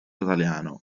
italiano